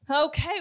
Okay